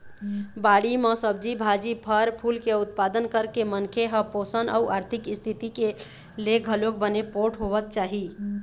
बाड़ी म सब्जी भाजी, फर फूल के उत्पादन करके मनखे ह पोसन अउ आरथिक इस्थिति ले घलोक बने पोठ होवत जाही